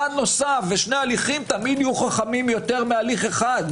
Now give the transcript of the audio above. נוסף ושני הליכים תמיד יהיו יותר חכמים מהליך אחד,